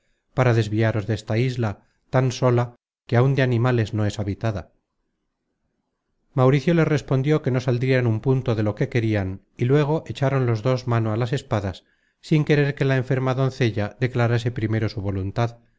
para desviaros desta isla tan sola que aun de animales no es habitada content from google book search generated at mauricio les respondió que no saldrian un punto de lo que querian y luego echaron los dos mano á las espadas sin querer que la enferma doncella declarase primero su voluntad